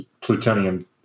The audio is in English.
plutonium